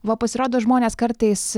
va pasirodo žmonės kartais